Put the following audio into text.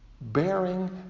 bearing